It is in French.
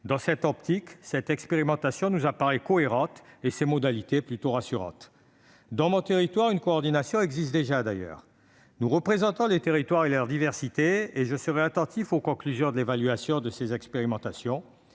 Dans cette optique, cette expérimentation nous apparaît cohérente et ses modalités plutôt rassurantes. Dans mon territoire d'ailleurs, une telle coordination existe déjà. Nous représentons les territoires et leur diversité, et nous serons attentifs aux conclusions de l'évaluation de ces expérimentations.